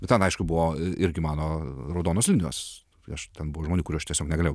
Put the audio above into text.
bet ten aišku buvo irgi mano raudonos linijos ten buvo žmonių kurių aš tiesiog negalėjau